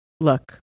look